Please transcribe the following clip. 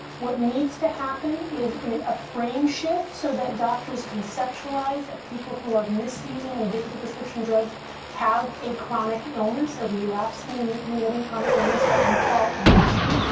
what needs to happen is and a frame shift, so that doctors conceptualized that people who are misusing and addicted to prescription drugs have a chronic illness, a relapsing and and remitting chronic illness, that we call addiction.